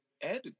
Ed